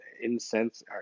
incense